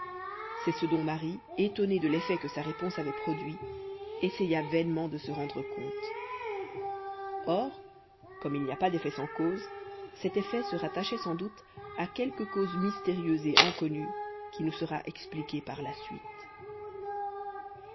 c'est ce dont marie étonnée de l'effet que sa réponse avait produit essaya vainement de se rendre compte or comme il n'y a pas d'effet sans cause cet effet se rattachait sans doute à quelque cause mystérieuse et inconnue qui nous sera expliquée par la suite